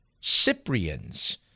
Cyprians